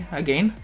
again